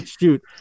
shoot